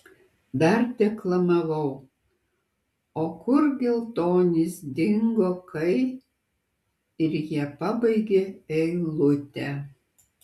dar deklamavau o kur geltonis dingo kai ir jie pabaigė eilutę